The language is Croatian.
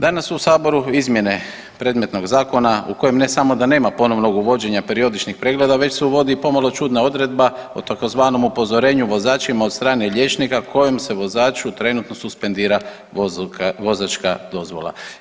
Danas u Saboru izmjene predmetnog zakona u kojem ne samo da nema ponovnog uvođenja periodičnih pregleda već se uvodi i pomalo čudna odredba o tzv. upozorenju vozačima od strane liječnika kojem se vozaču trenutno suspendira vozačka dozvola.